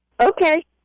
Okay